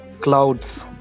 clouds